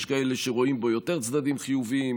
יש כאלה שרואים בו יותר צדדים חיוביים,